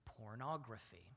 pornography